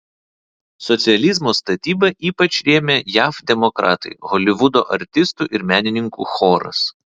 socializmo statybą ypač rėmė jav demokratai holivudo artistų ir menininkų choras